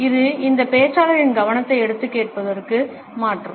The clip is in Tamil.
இது இந்த பேச்சாளரின் கவனத்தை எடுத்து கேட்பவருக்கு மாற்றும்